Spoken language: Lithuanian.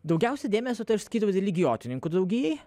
daugiausiai dėmesio tai aš skyriau religijotyrininkų draugijai